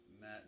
Matt